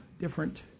different